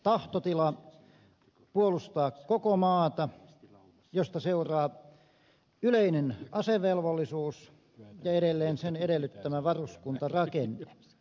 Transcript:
tahtotila puolustaa koko maata mistä seuraa yleinen asevelvollisuus ja edelleen sen edellyttämä varuskuntarakenne